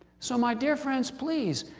so, my dear friends please,